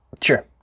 Sure